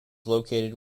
located